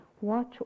watch